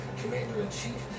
commander-in-chief